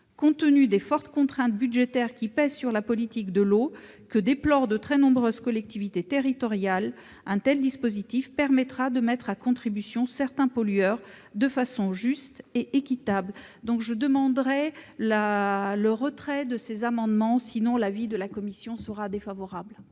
Compte tenu des fortes contraintes budgétaires qui pèsent sur la politique de l'eau et que déplorent de très nombreuses collectivités territoriales, un tel dispositif permettra de mettre à contribution certains pollueurs de façon juste et équitable. Par conséquent, la commission sollicite le retrait de ces amendements. À défaut, elle émettra un avis défavorable.